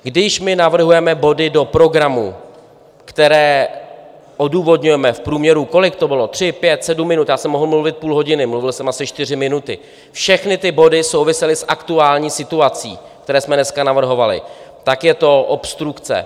Když my navrhujeme body do programu, které odůvodňujeme v průměru kolik to bylo? tři, pět, sedm minut, já jsem mohl mluvit půl hodin, mluvil jsem asi čtyři minuty, všechny ty body souvisely s aktuální situací, které jsme dneska navrhovali, tak je to obstrukce.